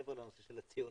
ומעבר לנושא של הציונות,